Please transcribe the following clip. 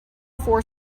four